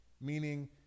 Meaning